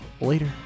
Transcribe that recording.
Later